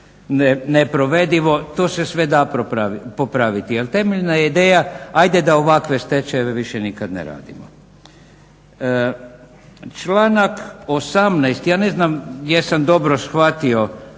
neprovedivo. To se sve da popraviti. Ali temeljna je ideja hajde da ovakve stečajeve više nikad ne radimo. Članak 18. Ja ne znam jesam dobro shvatio.